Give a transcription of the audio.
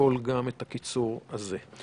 לשקול את הקיצור הזה.